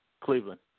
Cleveland